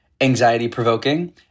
anxiety-provoking